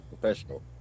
professional